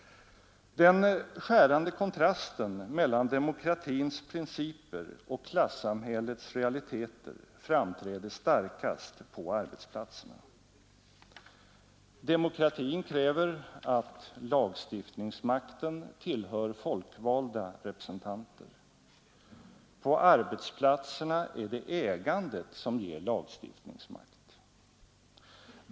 Den skärande kontrasten mellan demokratins principer och klassamhällets realiteter framträder starkast på arbetsplatserna. Demokratin kräver att lagstiftningsmakten tillhör folkvalda representanter. På arbetsplatserna är det ägandet som ger lagstiftningsmakt.